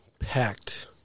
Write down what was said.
packed